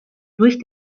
durch